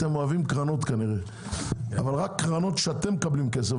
אתם אוהבים קרנות כנראה אבל רק קרנות שאתם מקבלים כסף,